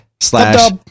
slash